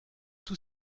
tous